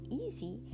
easy